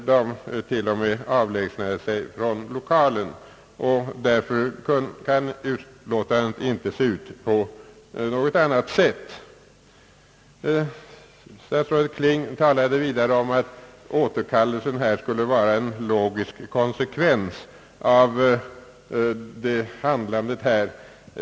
De till och med avlägsnade sig från lokalen. Därför kan utlåtandet inte se ut på annat sätt än det gör. Statsrådet Kling talade vidare om att denna återkallelse skulle vara en »logisk konsekvens» av oppositionens handlande.